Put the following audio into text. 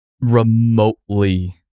remotely